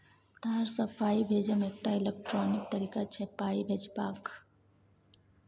तार सँ पाइ भेजब एकटा इलेक्ट्रॉनिक तरीका छै पाइ भेजबाक